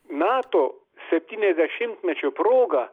nato septyniasdešimtmečio proga